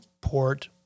port